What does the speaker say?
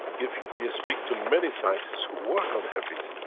if you speak to many scientists who work on herpes,